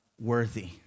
worthy